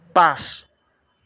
পাঁচ